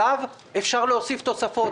עליו אפשר להוסיף תוספות,